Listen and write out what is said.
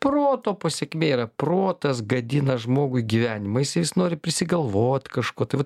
proto pasekmė yra protas gadina žmogui gyvenimą jis jis nori prisigalvot kažko tai vat